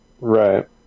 Right